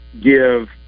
give